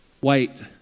White